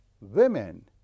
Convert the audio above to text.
women